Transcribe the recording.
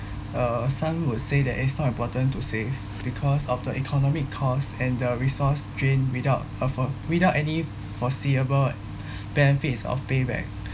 uh some would say that it's not important to save because of the economic costs and the resource drain without a f~ without any foreseeable benefits or payback